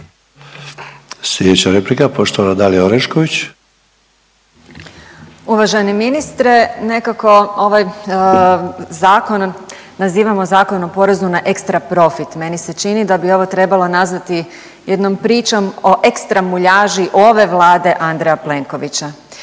Dalija (Stranka s imenom i prezimenom)** Uvaženi ministre, nekako ovaj zakon nazivamo Zakon o porezu na ekstra profit. Meni se čini da bi ovo trebalo nazvati jednom pričom o ekstra muljaži ove Vlade Andreja Plenkovića.